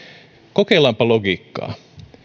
kokeillaanpa logiikkaa